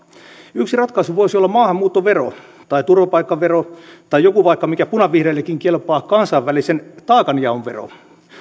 yksi ratkaisu voisi olla maahanmuuttovero tai turvapaikkavero tai joku vaikka mikä punavihreillekin kelpaa kansainvälisen taakanjaon vero